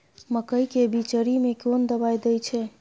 मकई के बिचरी में कोन दवाई दे छै?